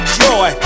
joy